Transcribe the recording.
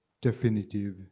definitive